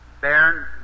Baron